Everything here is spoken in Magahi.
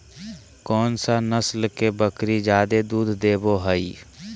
कौन सा नस्ल के बकरी जादे दूध देबो हइ?